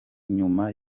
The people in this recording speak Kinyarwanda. nyuma